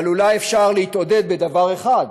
אבל אולי אפשר להתעודד בדבר אחד.